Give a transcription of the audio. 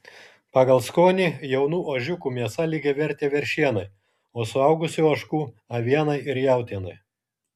pagal skonį jaunų ožiukų mėsa lygiavertė veršienai o suaugusių ožkų avienai ir jautienai